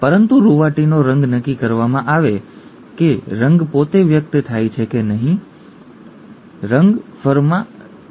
પરંતુ રૂંવાટીનો રંગ નક્કી કરવામાં આવે છે કે રંગ પોતે વ્યક્ત થાય છે કે નહીં ઠીક છે રંગ ફરમાં જમા થશે કે નહીં